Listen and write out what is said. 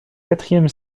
quatrième